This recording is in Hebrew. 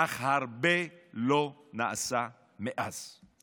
אך לא נעשה מאז הרבה.